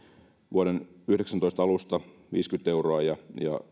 vuoden yhdeksäntoista alusta viisikymmentä euroa ja